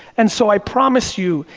and so i promise you,